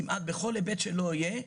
כמעט בכל היבט שלא יהיה,